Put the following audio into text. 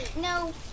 no